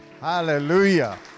Hallelujah